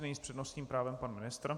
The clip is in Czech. S přednostním právem pan ministr.